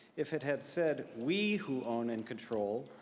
if it had said, we who own and control,